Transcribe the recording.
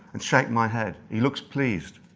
and shake my head, he looks pleased.